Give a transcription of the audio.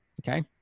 Okay